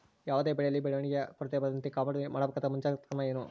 ಯಾವುದೇ ಬೆಳೆಯಲ್ಲಿ ಬೆಳವಣಿಗೆಯ ಕೊರತೆ ಬರದಂತೆ ಕಾಪಾಡಲು ಮಾಡಬೇಕಾದ ಮುಂಜಾಗ್ರತಾ ಕ್ರಮ ಏನು?